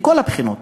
מכל הבחינות,